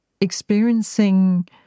experiencing